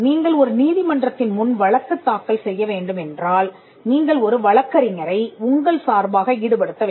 நீங்கள் ஒரு நீதி மன்றத்தின் முன் வழக்குத் தாக்கல் செய்ய வேண்டும் என்றால் நீங்கள் ஒரு வழக்கறிஞரை உங்கள் சார்பாக ஈடுபடுத்த வேண்டும்